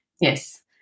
yes